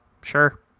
sure